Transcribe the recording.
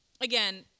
again